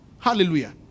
Hallelujah